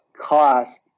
cost